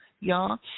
y'all